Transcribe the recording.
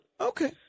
Okay